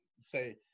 say